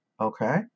okay